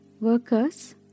Workers